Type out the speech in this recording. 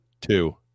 Two